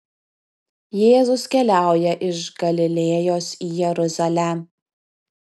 jėzus keliauja iš galilėjos į jeruzalę